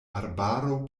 arbaro